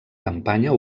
campanya